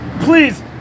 Please